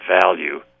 value